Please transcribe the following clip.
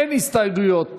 אין הסתייגויות